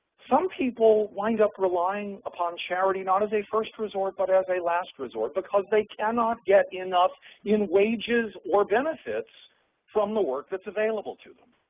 some people wind up relying upon charity not as a first resort, but as a last resort because they cannot get enough in wages or benefits from the work that's available to